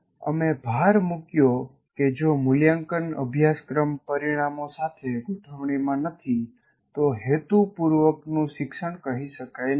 અમે ભાર મુક્યો કે જો મુલ્યાંકન અભ્યાસક્રમ પરિણામો સાથે ગોઠવણીમાં નથી તો હેતુપૂર્વકનું શિક્ષણ કહી શકાય નહી